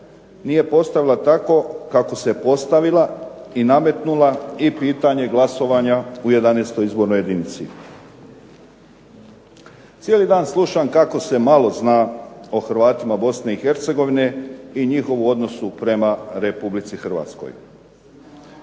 nije postavila tako kako se postavila i nametnula i pitanje glasovanja u 11. izbornoj jedinici. Cijeli dan slušam kako se malo zna o Hrvatima Bosne i Hercegovine i njihovu odnosu prema Republici Hrvatskoj.